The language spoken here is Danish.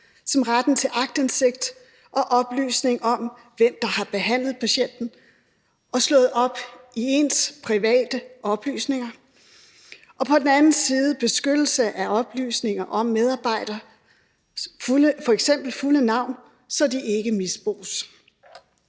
som retten til aktindsigt og oplysning om, hvem der har behandlet patienten og slået op i ens private oplysninger, og på den anden side beskyttelse af oplysninger om medarbejdere, f.eks. fulde navne, så de ikke misbruges.